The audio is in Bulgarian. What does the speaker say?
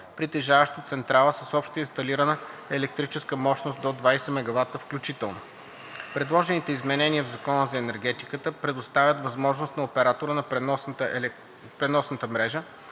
притежаващо централа с обща инсталирана електрическа мощност до 20 MW включително. Предложените изменения в Закона за енергетиката предоставят възможност на оператора на преносната мрежа